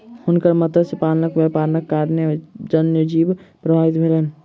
हुनकर मत्स्य पालनक व्यापारक कारणेँ वन्य जीवन प्रभावित भेलैन